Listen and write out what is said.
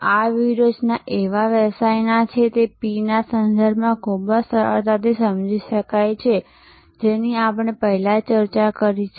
આ વ્યૂહરચનાઓ સેવા વ્યવસાયના તે છ P ના સંદર્ભમાં ખૂબ જ સરળતાથી સમજી શકાય છે જેની આપણે પહેલા ચર્ચા કરી છે